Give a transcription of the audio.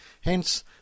Hence